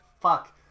fuck